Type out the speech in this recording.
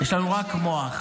-- יש לנו רק מוח,